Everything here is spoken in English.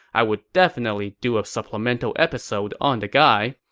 i would definitely do a supplemental episode on the guy.